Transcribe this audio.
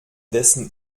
dessen